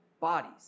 bodies